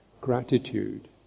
gratitude